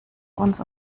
uns